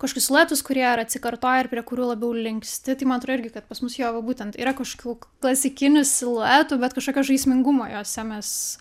kažkius siluetus kurie ar atsikartoja ir prie kurių labiau linksti tai man atrodo irgi kad pas mus jo va būtent yra kažkokių k klasikinių siluetų bet kažkokio žaismingumo juose mes